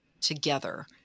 together